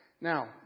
Now